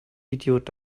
idiot